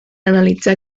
analitzar